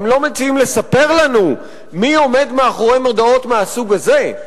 הם לא מציעים לספר לנו מי עומד מאחורי מודעות מהסוג הזה.